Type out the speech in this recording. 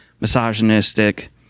misogynistic